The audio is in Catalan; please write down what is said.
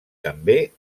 també